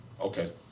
Okay